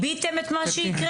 זאת אומרת שניבאתם את מה שיקרה?